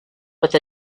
with